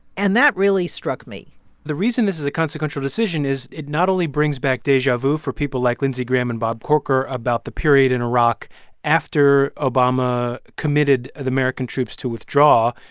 and that really struck me the reason this is a consequential decision is it not only brings back deja vu for people like lindsey graham and bob corker about the period in iraq after obama committed the american troops to withdraw,